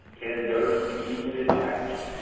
can gutters be easily attached?